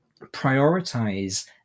prioritize